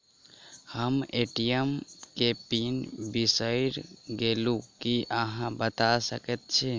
हम ए.टी.एम केँ पिन बिसईर गेलू की अहाँ बता सकैत छी?